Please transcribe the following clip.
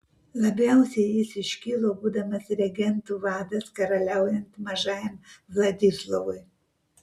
labiausiai jis iškilo būdamas regentų vadas karaliaujant mažajam vladislovui